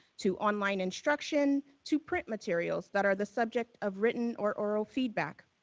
to online instruction, to print materials that are the subject of written or oral feedback.